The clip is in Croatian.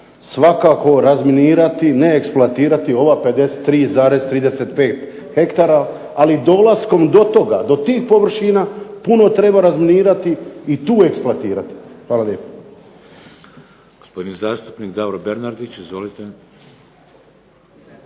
svakako razminirati ne eksploatirati ova 53,35 hektara ali dolaskom do toga, do tih površina puno treba razminirati i tu eksploatirati. Hvala lijepo.